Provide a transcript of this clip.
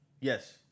Yes